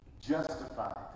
justified